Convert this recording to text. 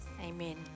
Amen